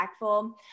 impactful